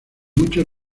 muchos